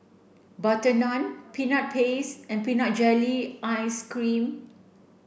butter naan peanut paste and peanut jelly ice cream